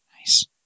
Nice